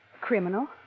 criminal